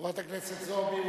חברת הכנסת זועבי,